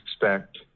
expect